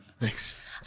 Thanks